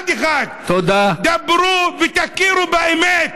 אחד-אחד: דברו ותכירו באמת.